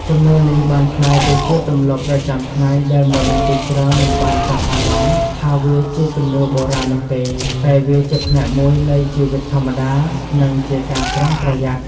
ជំនឿនេះបានក្លាយទៅជាទម្លាប់ប្រចាំថ្ងៃដែលមនុស្សជាច្រើនមិនបានចាប់អារម្មណ៍ថាវាជាជំនឿបុរាណនោះទេ តែវាជាផ្នែកមួយនៃជីវិតធម្មតា និងជាការប្រុងប្រយ័ត្ន។